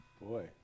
Boy